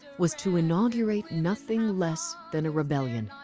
was to inaugurate nothing less than a rebellion,